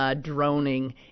Droning